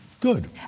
Good